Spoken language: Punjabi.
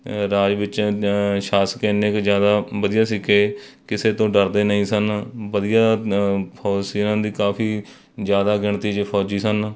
ਰਾਜ ਵਿੱਚ ਸ਼ਾਸਕ ਐਨੇ ਕੁ ਜ਼ਿਆਦਾ ਵਧੀਆ ਸੀ ਕਿ ਕਿਸੇ ਤੋਂ ਡਰਦੇ ਨਹੀਂ ਸਨ ਵਧੀਆ ਫੌਜ ਸੀ ਉਹਨਾਂ ਦੀ ਕਾਫੀ ਜ਼ਿਆਦਾ ਗਿਣਤੀ 'ਚ ਫੌਜੀ ਸਨ